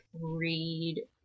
read